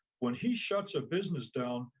when he shuts a business down,